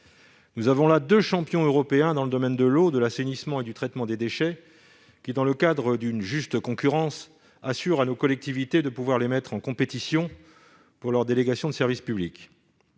Nous avons là deux champions européens dans le domaine de l'eau, de l'assainissement et du traitement des déchets. Le respect de la juste concurrence permet aux collectivités de pouvoir les mettre en compétition pour leur délégation de services publics.